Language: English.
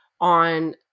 on